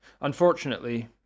Unfortunately